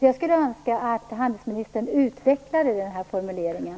Jag skulle önska att handelsministern utvecklade den här formuleringen.